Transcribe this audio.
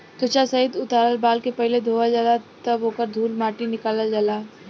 त्वचा सहित उतारल बाल के पहिले धोवल जाला तब ओकर धूल माटी निकालल जाला